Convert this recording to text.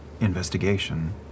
investigation